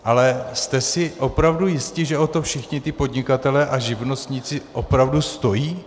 Ale jste si opravdu jisti, že o to všichni ti podnikatelé a živnostníci opravdu stojí?